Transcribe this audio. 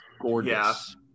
gorgeous